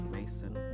Mason